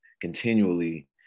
continually